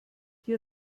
hier